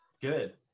good